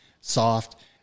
soft